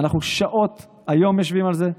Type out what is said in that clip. אנחנו שעות היום יושבים על זה,